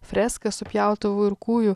freską su pjautuvu ir kūju